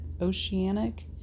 Oceanic